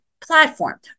platform